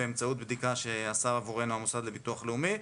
באמצעות בדיקה שעשה עבורנו המוסד לביטוח לאומי,